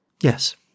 Yes